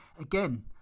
again